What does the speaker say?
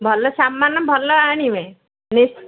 ଭଲ ସାମାନ ଭଲ ଆଣିବେ ଲିଷ୍ଟ୍